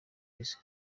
uheze